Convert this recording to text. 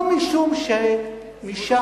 לא משום שמשם,